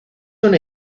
una